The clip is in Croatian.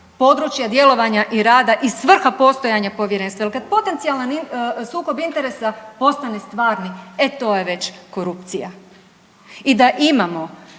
područja djelovanja i rada i svrha postojanja povjerenstva jer kad potencijalan sukob interesa postane stvarni, e to je već korupcija. I da imamo